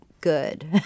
good